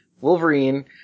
Wolverine